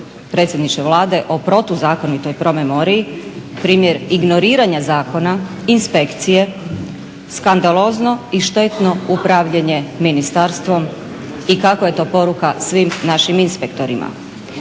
predsjedniče Vlade, o protuzakonitoj promemoriji, primjer ignoriranja zakona, inspekcije, skandalozno i štetno upravljanje ministarstvom i kakva je to poruka svim našim inspektorima.